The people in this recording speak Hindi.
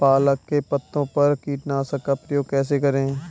पालक के पत्तों पर कीटनाशक का प्रयोग कैसे करें?